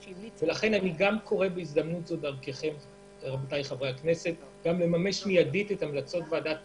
אני קורא לממש מידית את המלצות ועדת טור-כספא.